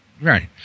Right